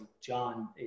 John